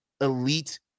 elite